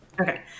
Okay